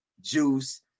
Juice